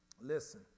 listen